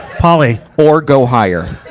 pauly. or, go higher.